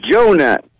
Jonah